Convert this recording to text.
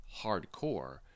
hardcore